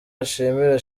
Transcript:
ashimira